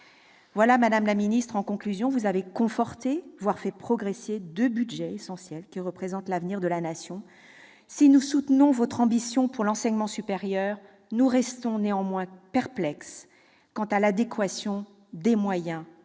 Madame la ministre, vous avez conforté, voire fait progresser, deux budgets essentiels qui représentent l'avenir de la Nation. Si nous soutenons votre ambition pour l'enseignement supérieur, nous restons néanmoins perplexes quant à l'adéquation des moyens avec cette